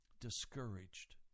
discouraged